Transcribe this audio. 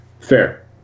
Fair